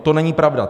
To není pravda.